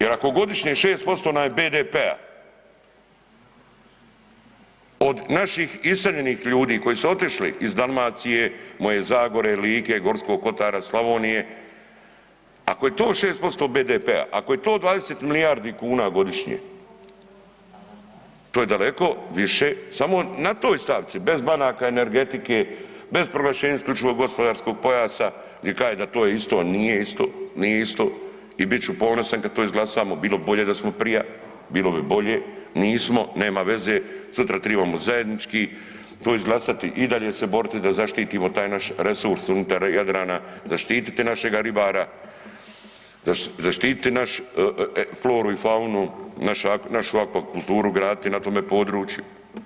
Jer ako godišnje 6% nam je BDP-a od naših iseljenih ljudi koji su otišli iz Dalmacije, moje Zagore, Like, Gorskog kotara, Slavonija, ako je to 6% BDP-a, ako je to 20 milijardi kuna godišnje, to je daleko više, samo na toj stavci bez banaka i energetike, bez proglašenja IGP-a, gdje kaže da to je isto, nije isto, nije isto i bit ću ponosan kad to izglasamo, bilo bi bolje da smo prija, bilo bi bolje, nismo, nema veze, sutra tribamo zajednički to izglasati i dalje se boriti da zaštitimo taj naš resurs unutar Jadrana, zaštititi našega ribara, zaštititi naš floru i faunu, našu akvakulturu graditi na tome području.